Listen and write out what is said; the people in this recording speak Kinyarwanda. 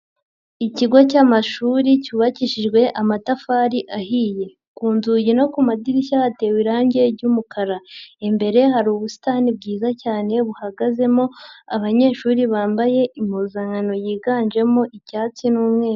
Ikigo cy'amashuri cyubakishijwe amatafari ahiye, ku nzugi no ku madirishya hatewe irange ry'umukara, imbere hari ubusitani bwiza cyane buhagazemo abanyeshuri bambaye impuzankano yiganjemo icyatsi n'umweru.